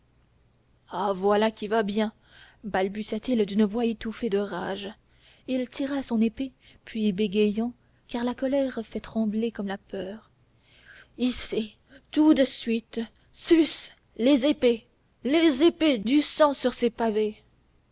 ah voilà qui va bien balbutia-t-il d'une voix étouffée de rage il tira son épée puis bégayant car la colère fait trembler comme la peur ici tout de suite sus les épées les épées du sang sur ces pavés